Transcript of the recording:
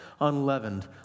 unleavened